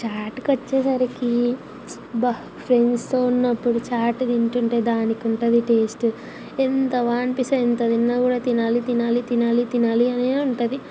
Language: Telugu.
ఛాట్కొచ్చేసరికి అబ్బా ఫ్రెండ్స్తో ఉన్నప్పుడు ఛాట్దింటుంటే దానికుంటుంది టేస్టు ఎంత బాగనిపిస్తుంది ఎంత తిన్న కూడా తినాలి తినాలి తినాలి తినాలి అనే ఉంటుంది